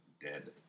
dead